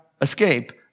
escape